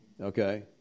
Okay